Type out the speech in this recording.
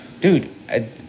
Dude